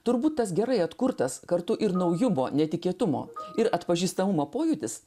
turbūt tas gerai atkurtas kartu ir naujumo netikėtumo ir atpažįstamumo pojūtis